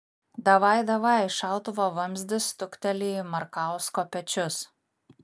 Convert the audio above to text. davaj davaj šautuvo vamzdis stukteli į markausko pečius